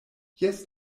jes